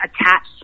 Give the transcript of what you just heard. attached